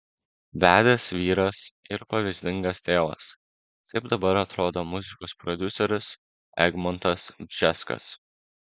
vedęs vyras ir pavyzdingas tėvas taip dabar atrodo muzikos prodiuseris egmontas bžeskas